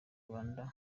rwanda